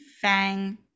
fang